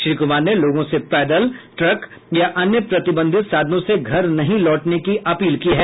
श्री कुमार ने लोगों से पैदल ट्रक या अन्य प्रतिबंधित साधनों से घर नहीं लौटने की अपील की है